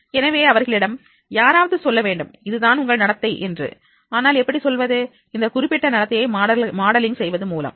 எனவே அவர்களிடம் யாராவது சொல்லவேண்டும் இதுதான் உங்கள் நடத்தை என்று ஆனால் எப்படி சொல்வது அந்த குறிப்பிட்ட நடத்தையை மாடலிங் செய்வது மூலம்